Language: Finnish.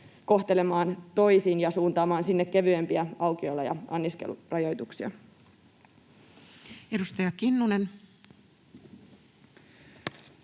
kohtelemaan toisin ja suuntaamaan sinne kevyempiä aukiolo‑ ja anniskelurajoituksia. [Speech